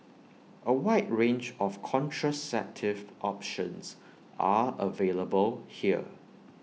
A wide range of contraceptive options are available here